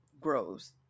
grows